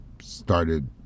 started